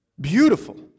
Beautiful